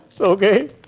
okay